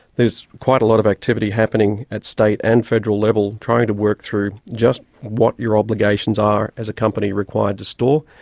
there is quite a lot of activity happening at state and federal level trying to work through just what your obligations are as a company required to store,